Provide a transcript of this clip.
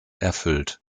erfüllt